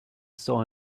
saw